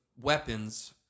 weapons